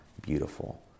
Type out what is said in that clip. beautiful